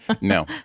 No